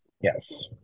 yes